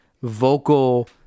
vocal